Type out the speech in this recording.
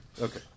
Okay